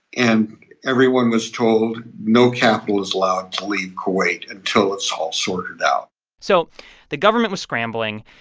and everyone was told no capital is allowed to leave kuwait until it's all sorted out so the government was scrambling,